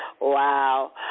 Wow